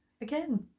Again